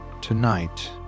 Tonight